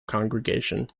congregation